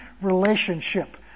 relationship